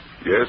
Yes